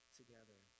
together